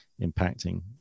impacting